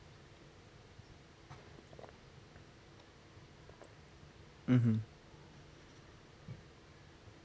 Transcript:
mmhmm